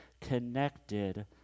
connected